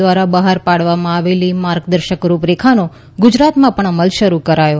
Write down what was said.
દ્વારા બહાર પાડવામાં આવેલી માર્ગદર્શક રૂપરેખાનો ગુજરાતમાં પણ અમલ શરૂ કરાયો